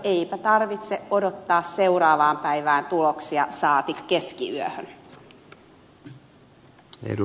eipä tarvitse odottaa seuraavaan päivään tuloksia saati keskiyöhön